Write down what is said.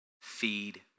Feed